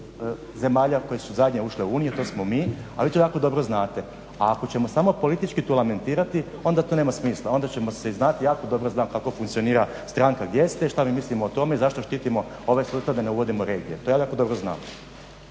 zemalja koje su zadnje ušle u Uniju to smo mi, a vi to jako dobro znate. A ako ćemo to politički samo lamentirati onda to nema smisla onda ćemo znati jako dobro znam kako funkcionira gdje ste šta mi mislimo o tome zašto štitimo ovaj sustav da ne uvodimo regije. To ja jako dobro znam.